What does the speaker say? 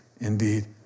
indeed